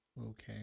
okay